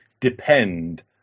depend